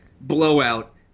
blowout